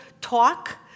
talk